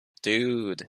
dude